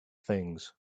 things